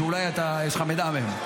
שאולי יש לך מידע מהם,